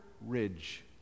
Ridge